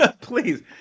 Please